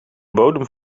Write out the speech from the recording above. bodem